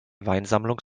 weinsammlung